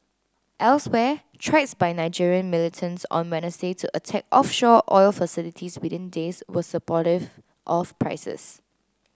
elsewhere threats by Nigerian militants on Wednesday to attack offshore oil facilities within days were supportive of prices